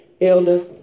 Elder